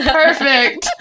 perfect